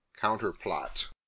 Counterplot